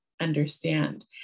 understand